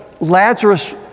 Lazarus